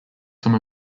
some